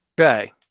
Okay